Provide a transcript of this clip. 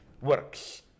works